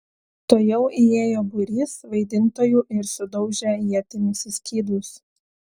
tuojau įėjo būrys vaidintojų ir sudaužė ietimis į skydus